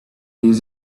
this